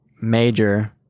major